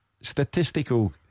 statistical